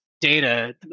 data